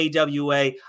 AWA